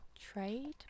trade